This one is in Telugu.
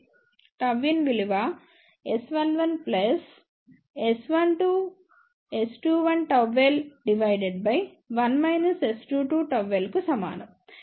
Γin విలువ S11 S12 S21 ΓL 1 S22 ΓL కు సమానం